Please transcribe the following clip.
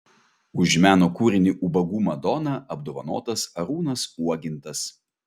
už meno kūrinį ubagų madona apdovanotas arūnas uogintas